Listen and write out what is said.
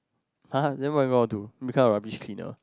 [huh] then where you go to meet kind of rubbish cleaner